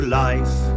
life